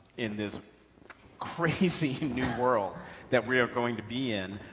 in this crazy new world that we are going to be in.